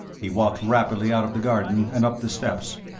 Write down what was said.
he walked rapidly out of the garden, and up the steps,